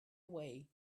way